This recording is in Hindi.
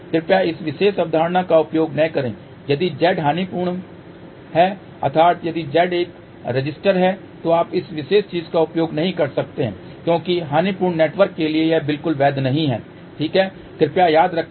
कृपया इस विशेष अवधारणा का उपयोग न करें यदि Z हानिपूर्ण है अर्थात यदि Z एक रेसिस्टर है तो आप इस विशेष चीज का उपयोग नहीं कर सकते क्योंकि हानिपूर्ण नेटवर्क के लिए यह बिल्कुल वैध नहीं है ठीक है कृपया याद रखें